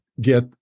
get